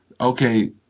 okay